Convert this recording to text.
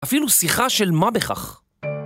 אפילו שיחה של מה בכך.